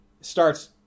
starts